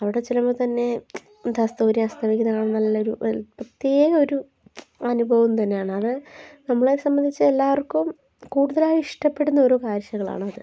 അവിടെ ചെല്ലുമ്പോൾ തന്നെ എന്താണ് സൂര്യൻ അസ്തമിക്കുന്നത് കാണുമ്പോൾ നല്ലൊരു വെൽ പ്രത്യേക ഒരു അനുഭവം തന്നെയാണ് അത് നമ്മളെ സംബന്ധിച്ച് എല്ലാവർക്കും കൂടുതലായി ഇഷ്ടപ്പെടുന്ന ഓരോ കാഴ്ചകളാണ് അത്